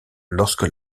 lorsque